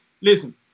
Listen